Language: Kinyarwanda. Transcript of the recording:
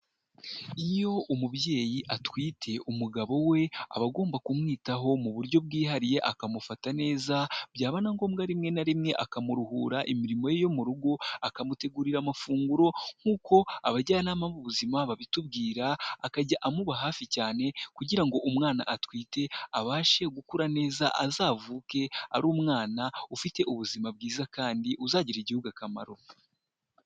Iyo umubyeyi atwite, umugabo we aba agomba kumwitaho mu buryo bwihariye, akamufata neza, byaba na ngombwa rimwe na rimwe akamuruhura imirimo ye yo mu rugo, akamutegurira amafunguro nk'uko abajyanama b'ubuzima babitubwira, akajya amuba hafi cyane kugira ngo umwana atwite abashe gukura neza, azavuke ari umwana ufite ubuzima bwiza kandi uzagirira igihugu akamaro.